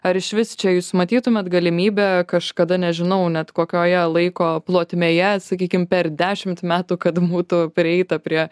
ar išvis čia jūs matytumėt galimybę kažkada nežinau net kokioje laiko plotmėje sakykim per dešimt metų kad būtų prieita prie